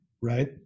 Right